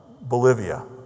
Bolivia